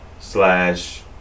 slash